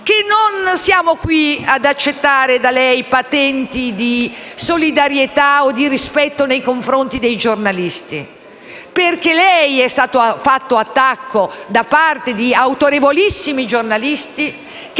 non siamo qui ad accettare da lei patenti di solidarietà o di rispetto nei confronti dei giornalisti, perché lei è stato fatto oggetto di attacchi da parte di autorevolissimi giornalisti, che